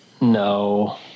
No